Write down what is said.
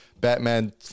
batman